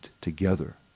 together